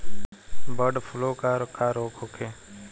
Bird flu का रोग होखे?